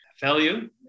value